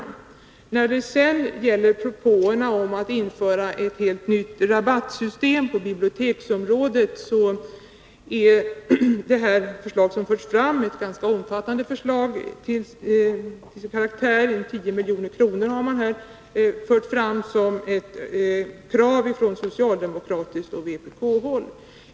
Den propå som förts fram om att införa ett helt nytt rabattsystem på biblioteksområdet är ett ganska omfattande förslag. 10 milj.kr. har framförts som ett krav av socialdemokraterna och vpk.